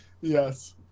Yes